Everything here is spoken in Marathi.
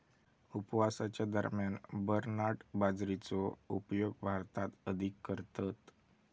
उपवासाच्या दरम्यान बरनार्ड बाजरीचो उपयोग भारतात अधिक करतत